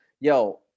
Yo